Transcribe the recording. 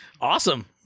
awesome